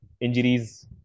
injuries